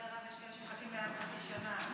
יש כאלה שמחכים מעל חצי שנה.